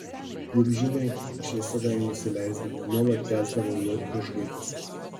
juk žinai aš visada jam nusileisdavau nuolat kęsdavau jo užgaidas